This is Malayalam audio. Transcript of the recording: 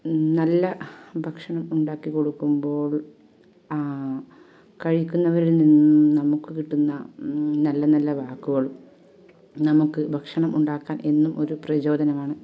നല്ല ഭക്ഷണം ഉണ്ടാക്കിക്കൊടുക്കുമ്പോൾ കഴിക്കുന്നവരിൽ നിന്ന് നമുക്ക് കിട്ടുന്ന നല്ല നല്ല വാക്കുകൾ നമുക്ക് ഭക്ഷണം ഉണ്ടാക്കാൻ എന്നും ഒരു പ്രചോദനമാണ്